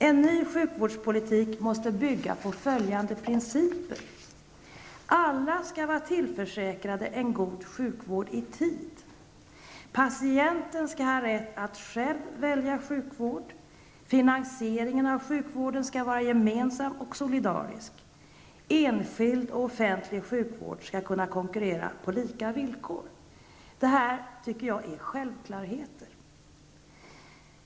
En ny sjukvårdspolitik måste bygga på följande principer: -- Alla skall vara tillförsäkrade en god sjukvård i tid. -- Patienten skall ha rätt att själv välja sjukvård. -- Finansieringen av sjukvården skall vara gemensam och solidarisk. -- Enskild och offentlig sjukvård skall kunna konkurrera på lika villkor. Det här är självklarheter.